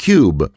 Cube